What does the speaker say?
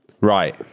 Right